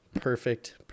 Perfect